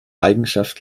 eigenschaft